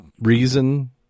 reason